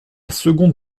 seconde